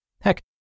Heck